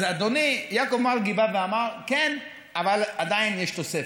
אז אדוני, יעקב מרגי בא ואמר: כן, אבל יש תוספת.